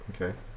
okay